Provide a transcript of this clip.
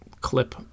clip